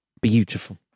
beautiful